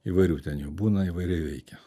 įvairių ten jau būna įvairiai veikia